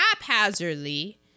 haphazardly